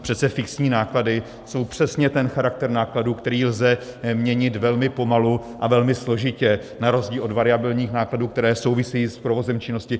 Přece fixní náklady jsou přesně ten charakter nákladů, který lze měnit velmi pomalu a velmi složitě na rozdíl od variabilních nákladů, které souvisejí s provozem činnosti.